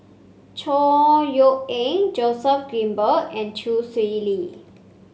Chor Yeok Eng Joseph Grimberg and Chee Swee Lee